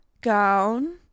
gown